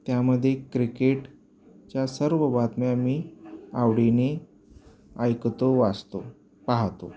त्यामध्ये क्रिकेटच्या सर्व बातम्या मी आवडीने ऐकतो वाचतो पाहतो